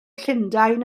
llundain